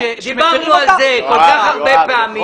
דיברנו על זה כל כך הרבה פעמים.